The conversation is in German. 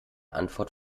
antwort